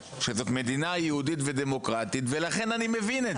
שזאת מדינה יהודית ודמוקרטית ולכן אני מבין את זה,